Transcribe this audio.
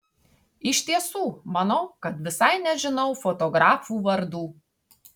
iš tiesų manau kad visai nežinau fotografų vardų